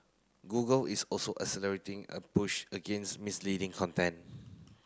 Google is also accelerating a push against misleading content